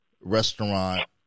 restaurant